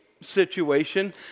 situation